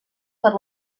per